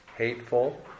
hateful